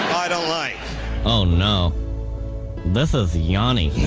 i don't like oh, no, this is yonni.